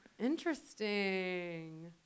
Interesting